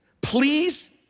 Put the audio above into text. Please